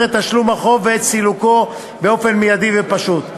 את תשלום החוב ואת סילוקו באופן מיידי ופשוט.